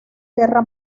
guerra